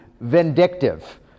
vindictive